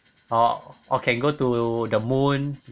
or or can go to the moon